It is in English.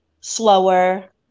slower